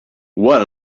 what